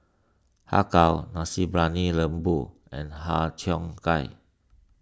Har Kow Nasi Briyani Lembu and Har Cheong Gai